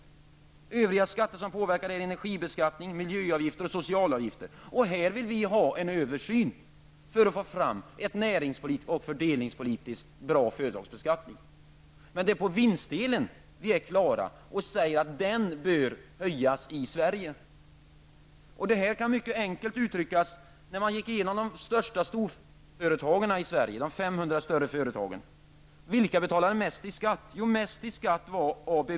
Sådana övriga skatter är energibeskattning, miljöavgifter och socialavgifter. Vi vill få till stånd en översyn för att få fram en näringspolitiskt och fördelningspolitiskt bra företagsbeskattning. Vi är dock helt på det klara med att den svenska vinstbeskattningen bör höjas. Detta kan uttryckas mycket enkelt. Man har gått igenom de 500 största företagen i Sverige med avseende på vilka som betalat mest i skatt. Det företag som betalade mest skatt var ABB.